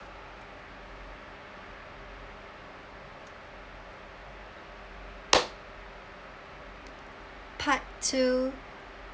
part two